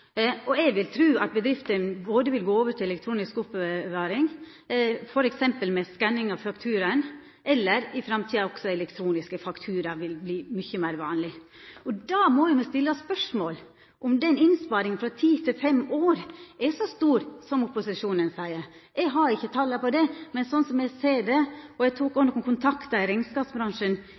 oppbevaring. Eg vil tru at bedriftene vil gå over til elektronisk oppbevaring, f.eks. med scanning av fakturaene, og i framtida vil også elektroniske fakturaer verte mykje meir vanleg. Da må ein stilla spørsmålet om den innsparinga frå ti til fem år er så stor som opposisjonen seier. Eg har ikkje tal på det. Eg kontakta òg rekneskapsbransjen i går for å stilla spørsmålet, og det